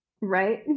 Right